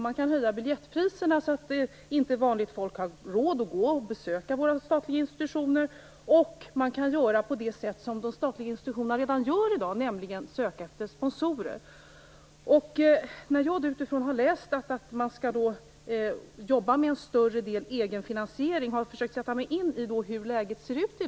Man kan höja biljettpriserna så att vanligt folk inte har råd att besöka våra statliga institutioner, och man kan göra på det sätt som de statliga institutionerna redan gör, nämligen söka sponsorer. När jag nu har läst att man skall jobba med en större del egen finansiering har jag försökt sätta mig in i hur läget är i dag.